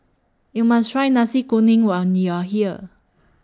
YOU must Try Nasi Kuning when YOU Are here